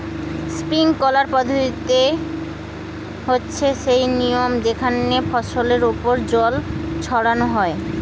sprinkler পদ্ধতি হচ্ছে সেই নিয়ম যেখানে ফসলের ওপর জল ছড়ানো হয়